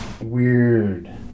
weird